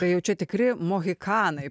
tai jaučia tikri mohikanai